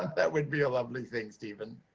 that would be a lovely thing, stephen.